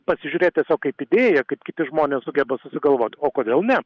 pasižiūrėt tiesiog kaip idėją kaip kiti žmonės sugeba susigalvot o kodėl ne